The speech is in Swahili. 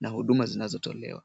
na huduma zinazotolewa.